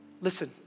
Listen